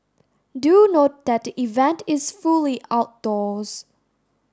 do note that the event is fully outdoors